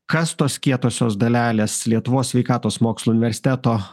kas tos kietosios dalelės lietuvos sveikatos mokslų universiteto